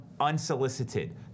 unsolicited